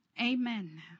Amen